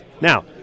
Now